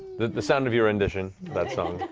the the sound of your rendition, that song.